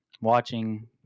watching